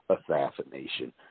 assassination